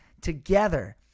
together